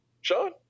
Sean